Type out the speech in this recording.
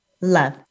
love